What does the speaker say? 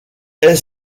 est